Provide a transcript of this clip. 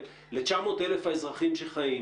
אוויר; התעסקנו בתחום של פיקוח ואכיפה,